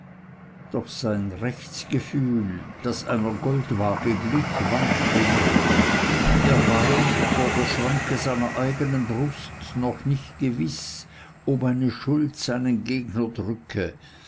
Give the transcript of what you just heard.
doch sein rechtgefühl das einer goldwaage glich wankte noch er war vor der schranke seiner eigenen brust noch nicht gewiß ob eine schuld seinen gegner drücke